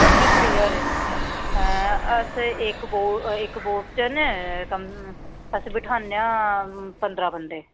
पंजी त्रीह हारे अस इक्क बोट न अस बठाने आं पंदरां बंदे